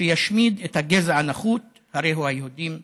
שישמיד את הגזע הנחות, הרי הוא היהודים,